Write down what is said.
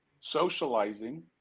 socializing